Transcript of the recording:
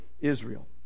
Israel